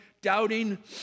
doubting